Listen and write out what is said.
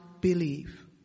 believe